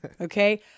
okay